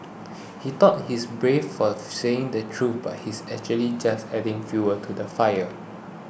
he thought he's brave for saying the truth but he's actually just adding fuel to the fire